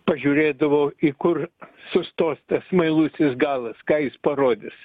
pažiūrėdavo į kur sustos tas smailusis galas ką jis parodys